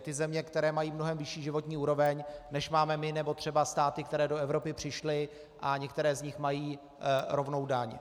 Ty země, které mají mnohem vyšší životní úroveň, než máme my nebo třeba státy, které do Evropy přišly, a některé z nich mají rovnou daň.